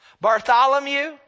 Bartholomew